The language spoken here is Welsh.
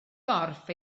gorff